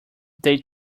they